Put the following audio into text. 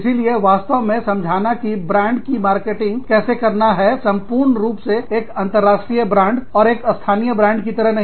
इसीलिए वास्तव में समझना कि ब्रांड की मार्केटिंग कैसे करना है संपूर्ण रुप से एक अंतरराष्ट्रीय ब्रांड और स्थानीय ब्रांड की तरह नहीं